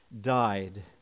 died